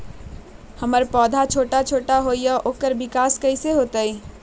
हमर पौधा छोटा छोटा होईया ओकर विकास कईसे होतई?